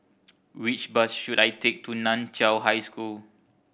which bus should I take to Nan Chiau High School